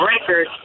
record